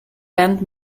band